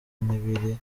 n’ibiri